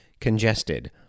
congested